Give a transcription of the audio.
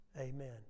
Amen